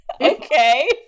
okay